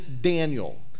Daniel